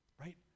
right